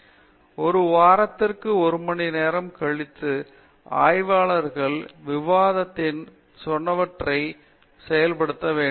பேராசிரியர் ராஜேஷ் குமார் ஒரு வாரத்திற்கு ஒரு மணி நேரம் கழித்து ஆராய்ச்சியாளர் விவாதத்தில் சொன்னவற்றை செயல் படுத்த வேண்டும்